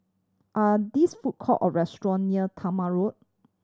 are this food court or restaurant near Talma Road